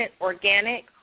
organic